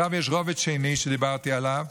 יש רובד שני, שדיברתי עליו,